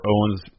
Owens